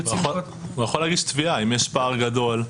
הוא יכול להגיש תביעה, אם יש פער גדול.